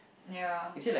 ya